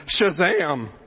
Shazam